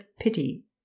pity